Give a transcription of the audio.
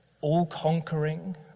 all-conquering